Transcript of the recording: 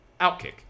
Outkick